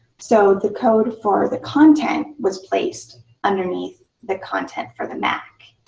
so the code for the content was placed underneath the content for the mac.